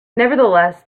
nevertheless